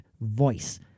voice